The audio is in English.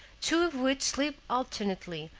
two of which sleep alternately,